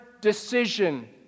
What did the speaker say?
decision